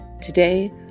Today